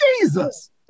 jesus